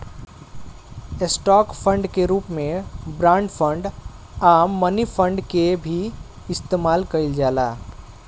stock fund के रूप में बॉन्ड फंड आ मनी फंड के भी इस्तमाल कईल जाला